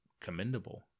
Commendable